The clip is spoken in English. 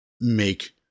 make